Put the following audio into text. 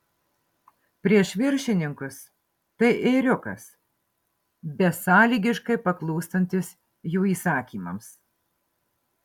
prieš viršininkus tai ėriukas besąlygiškai paklūstantis jų įsakymams